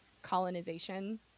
colonization